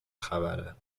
خبره